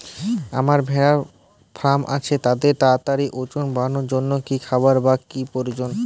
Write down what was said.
আমার ভেড়ার ফার্ম আছে তাদের তাড়াতাড়ি ওজন বাড়ানোর জন্য কী খাবার বা কী প্রয়োজন?